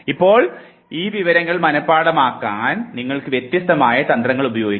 ഇപ്പോൾ ഈ വിവരങ്ങൾ മനഃപാഠമാക്കാൻ നിങ്ങൾക്ക് വ്യത്യസ്തമായ തന്ത്രങ്ങൾ ഉപയോഗിക്കാം